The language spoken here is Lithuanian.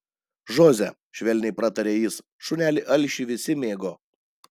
žoze švelniai prataria jis šunelį alšį visi mėgo